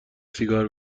سیگار